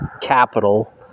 capital